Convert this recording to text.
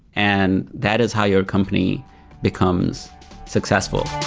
and that is how your company becomes successful